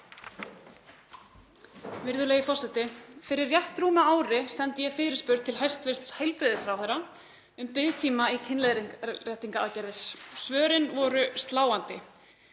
Virðulegur forseti. Fyrir rétt rúmu ári sendi ég fyrirspurn til hæstv. heilbrigðisráðherra um biðtíma í kynleiðréttingaraðgerðir. Svörin voru sláandi: